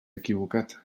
equivocat